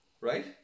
Right